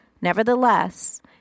Nevertheless